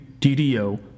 DDO